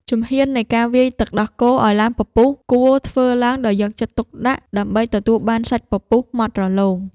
ជំហាននៃការវាយទឹកដោះគោឱ្យឡើងពពុះ គួរធ្វើឡើងដោយយកចិត្តទុកដាក់ដើម្បីទទួលបានសាច់ពពុះម៉ត់រលោង។